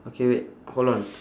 okay wait hold on